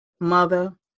mother